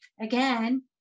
again